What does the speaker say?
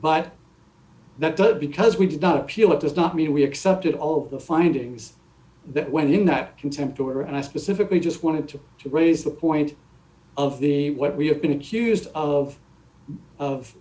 but that doesn't because we did not appeal it does not mean we accepted all of the findings that went in that contempt order and i specifically just wanted to raise the point of the what we have been accused of of